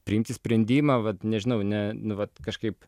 priimti sprendimą vat nežinau ne nu vat kažkaip